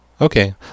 Okay